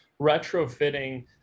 retrofitting